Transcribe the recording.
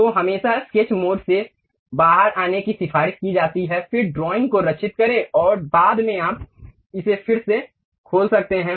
तो हमेशा sketch mode से बाहर आने की सिफारिश की जाती है फिर ड्राइंग को सेव करे और बाद में आप इसे फिर से खोल सकते हैं